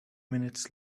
minutes